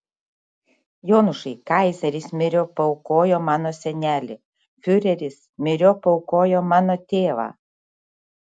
jonušai kaizeris myriop paaukojo mano senelį fiureris myriop paaukojo mano tėvą